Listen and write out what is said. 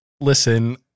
Listen